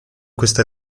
questa